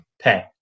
pay